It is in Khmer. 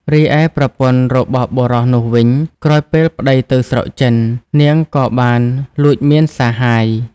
រីឯប្រពន្ធរបស់បុរសនោះវិញ ក្រោយពេលប្ដីទៅស្រុកចិន នាងក៏បានលួចមានសហាយ។